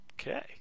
okay